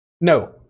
no